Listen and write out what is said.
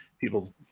people